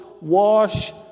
wash